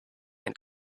had